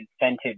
incentive